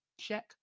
check